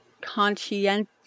conscientious